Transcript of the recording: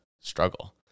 struggle